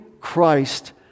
Christ